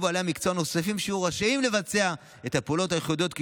יהיו בעלי מקצוע נוספים שיהיו רשאים לבצע את הפעולות הייחודיות,